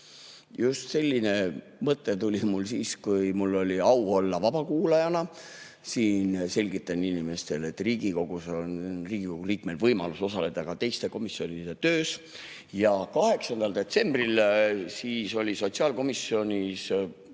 selline mõte tuli mul siis, kui mul oli au olla vabakuulaja. Selgitan inimestele, et Riigikogus on Riigikogu liikmel võimalus osaleda ka teiste komisjonide töös. 8. detsembril olid sotsiaalkomisjonis